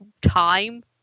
time